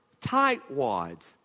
tightwads